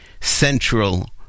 central